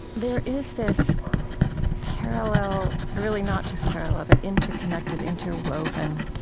there is this parallel really not just parallel, but interconnected, interwoven